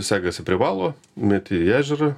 segasi prie valo meti į ežerą